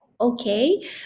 Okay